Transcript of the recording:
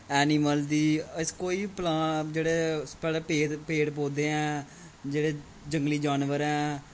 animal दी अस कोई बी प्ला जेह्ड़े पैहलें पेद पेड़ पौधे ऐ जेह्ड़े जंगली जानवर ऐ